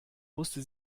musste